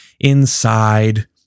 inside